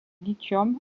lithium